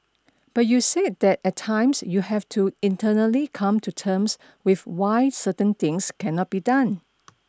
but you said that at times you have to internally come to terms with why certain things cannot be done